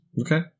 Okay